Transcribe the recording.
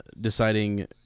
deciding